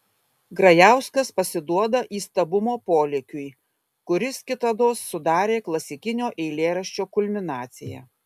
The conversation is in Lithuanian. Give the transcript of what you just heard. grajauskas pasiduoda įstabumo polėkiui kuris kitados sudarė klasikinio eilėraščio kulminaciją